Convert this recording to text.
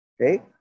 Okay